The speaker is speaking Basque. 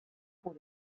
gure